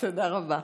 תודה רבה.